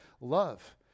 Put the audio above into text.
love